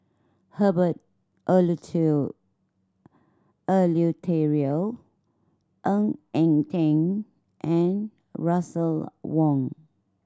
Herbert Eleuterio Ng Eng Teng and Russel Wong